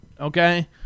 okay